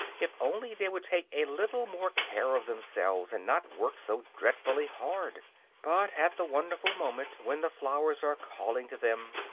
if only they would take a little more care of themselves and not work so dreadfully hard but at the wonderful moment when the flowers are calling to them,